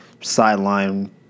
sideline